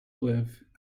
live